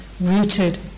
rooted